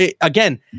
again